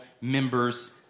members